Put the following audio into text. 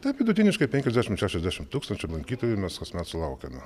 taip vidutiniškai penkiasdešim šešiasdešim tūkstančių lankytojų mes kasmet sulaukiame